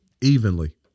evenly